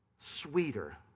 sweeter